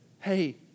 Hey